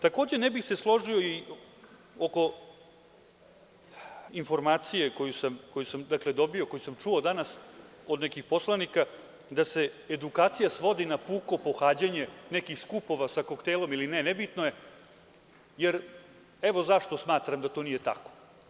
Takođe, ne bi se složio oko informacije koju sam dobio, koju sam čuo danas od nekih poslanika, da se edukacija svodi na puko pohađanje nekih skupova sa koktelom ili ne, nebitno je, jer evo zašto smatram da to nije tako.